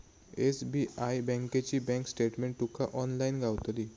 SBI बँकेची bank statement तुका online गावतली